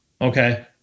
Okay